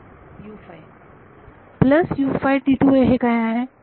विद्यार्थी प्लस हे काय आहे